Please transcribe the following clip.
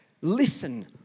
Listen